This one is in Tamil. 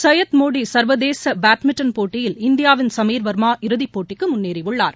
சையத் மோடி சர்வதேச பேட்மிண்டன் போட்டியில் இந்தியாவின் சமீர் வர்மா இறுதிப்போட்டிக்கு முன்னேறியுள்ளார்